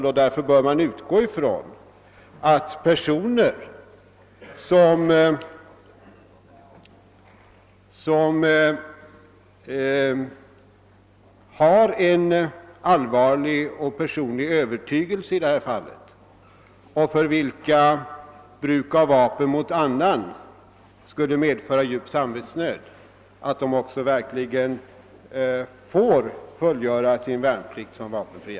Man bör nu kunna utgå från att personer, vilka har en allvarlig personlig övertygelse i berörda avseende och för vilka bruk av vapen mot annan skulle medföra djup samvetsnöd, verkligen får fullgöra sin värnplikt som vapenfria.